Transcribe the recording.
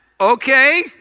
okay